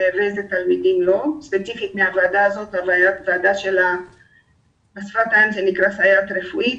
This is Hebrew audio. ואלו תלמידים לא ספציפית מהוועדה הזו שנקראת בשפת העם סייעת רפואית.